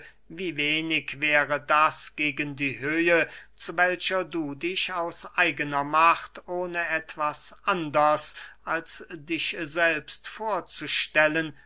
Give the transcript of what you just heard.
wie wenig wäre das gegen die höhe zu welcher du dich aus eigner macht ohne etwas anders als dich selbst vorzustellen